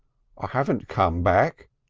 i haven't come back,